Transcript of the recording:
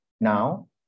now